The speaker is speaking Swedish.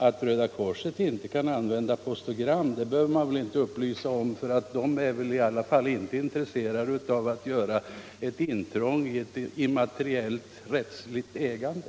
Att Röda korset inte kan använda beteckningen postogram behöver väl inte särskilt sägas. Inom Röda korset är man säkerligen inte intresserad av att göra intrång i ett immaterialrättsligt ägande.